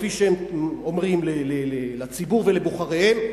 כפי שהם אומרים לציבור ולבוחריהם,